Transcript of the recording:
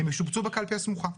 הם ישובצו בקלפי הסמוכה.